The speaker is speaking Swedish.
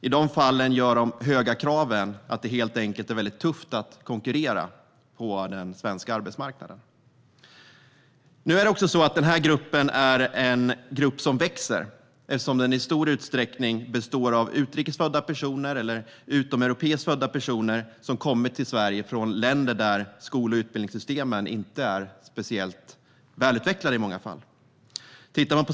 I dessa fall gör de höga kraven att det helt enkelt är tufft att konkurrera på den svenska arbetsmarknaden. Det är också en grupp som växer, eftersom den i stor utsträckning består av utrikes födda eller utomeuropeiskt födda personer som kommit till Sverige från länder där skol och utbildningssystemen i många fall inte är speciellt välutvecklade.